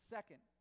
Second